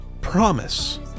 promise